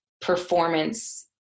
performance